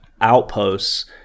outposts